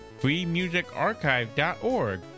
freemusicarchive.org